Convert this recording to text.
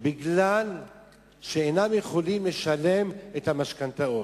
מכיוון שאינן יכולות לשלם את המשכנתה,